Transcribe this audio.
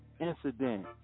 incident